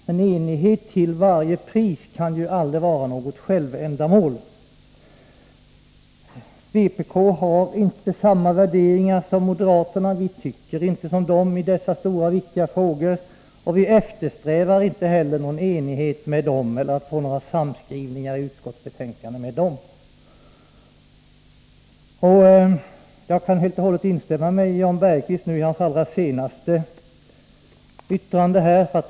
Men enighet till varje pris kan inte vara ett självändamål. Vpk har inte samma värderingar som moderaterna. Vi tycker inte som de i dessa stora och viktiga frågor. Vi eftersträvar inte heller någon enighet med dem eller någon samskrivning med dem i utskottsbetänkandet. Jag kan helt instämma i Jan Bergqvists senaste yttrande.